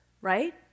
right